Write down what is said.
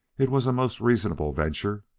it was a most reasonable venture,